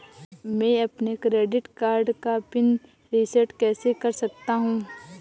मैं अपने credit card का पिन रिसेट कैसे कर सकता हूँ?